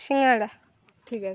সিঙাড়া ঠিক আছে